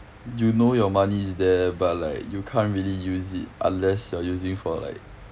you know your money is there but like you can't really use it unless you're using for like